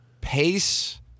Pace